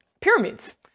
Pyramids